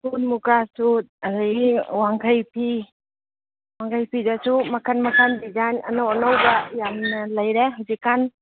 ꯈꯨꯔꯈꯨꯜ ꯃꯨꯀꯥ ꯁꯨꯠ ꯑꯗꯒꯤ ꯋꯥꯡꯈꯩ ꯐꯤ ꯋꯥꯡꯈꯩ ꯐꯤꯗꯁꯨ ꯃꯈꯟ ꯃꯈꯟ ꯗꯤꯖꯥꯏꯟ ꯑꯅꯧ ꯑꯅꯧꯕ ꯌꯥꯝꯅ ꯂꯩꯔꯦ ꯍꯧꯖꯤꯛꯀꯥꯟ